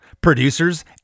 producers